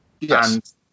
Yes